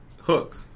hook